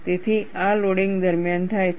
તેથી આ લોડિંગ દરમિયાન થાય છે